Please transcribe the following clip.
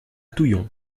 touillon